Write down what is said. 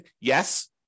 Yes